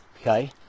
okay